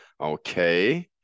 Okay